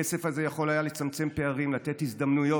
הכסף הזה יכול היה לצמצם פערים, לתת הזדמנויות,